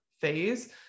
phase